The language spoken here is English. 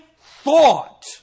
thought